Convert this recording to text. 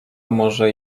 może